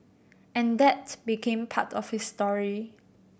and that became part of his story